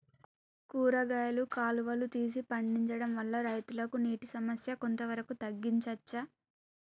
కూరగాయలు కాలువలు తీసి పండించడం వల్ల రైతులకు నీటి సమస్య కొంత వరకు తగ్గించచ్చా?